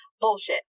Bullshit